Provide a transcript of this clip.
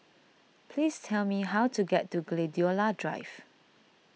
please tell me how to get to Gladiola Drive